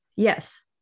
Yes